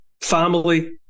family